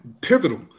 pivotal